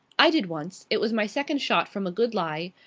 i did once. it was my second shot, from a good lie,